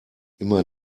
immer